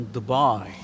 Dubai